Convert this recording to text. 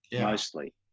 mostly